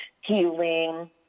healing